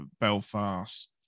Belfast